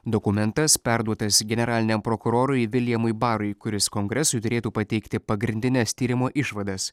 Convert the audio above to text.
dokumentas perduotas generaliniam prokurorui viljamui barui kuris kongresui turėtų pateikti pagrindines tyrimo išvadas